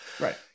right